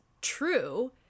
true